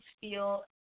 feel